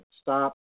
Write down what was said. stop